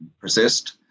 persist